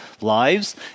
lives